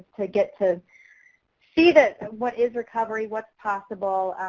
to get to see this, what is recovery, what's possible.